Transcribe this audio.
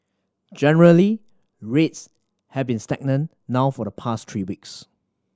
generally rates have been stagnant now for the past three weeks